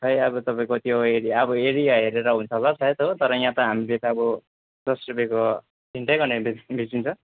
खै अब तपाईँको त्यो एरिया अब एरिया हेरेर हुन्छ होला सायद हो तर यहाँ त हामीले त अब दस रुपियाँको तिनवटै गरेर बेचिँदैछ